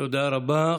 תודה רבה.